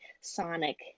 sonic